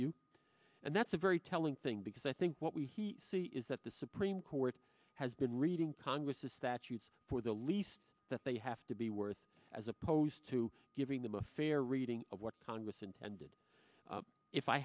you and that's a very telling thing because i think what we see is that the supreme court has been reading congress's statutes for the least that they have to be worth as opposed to giving them a fair reading of what congress intended if i